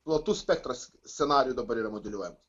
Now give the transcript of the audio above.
platus spektras scenarijų dabar yra modeliuojamas